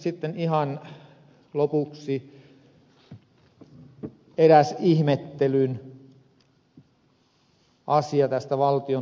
sitten ihan lopuksi eräs ihmettelyn asia tästä valtion tuottavuusohjelmasta